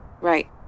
Right